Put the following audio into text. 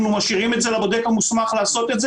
אנחנו משאירים לבודק המוסמך לעשות את זה,